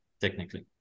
technically